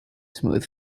smooth